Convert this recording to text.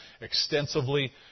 extensively